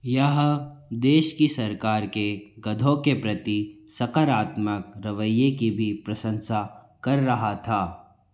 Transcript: यहां देश की सरकार के गधों के प्रति सकारात्मक रवैये की भी प्रशंसा कर रहा था